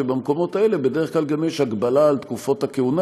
שבמקומות האלה בדרך כלל גם יש הגבלה על תקופת הכהונה,